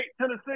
Tennessee